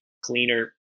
cleaner